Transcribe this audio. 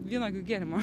vynuogių gėrimo